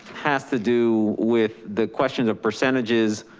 has to do with the questions of percentages.